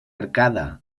arcada